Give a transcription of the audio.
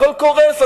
הכול קורס,